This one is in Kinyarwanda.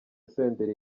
senderi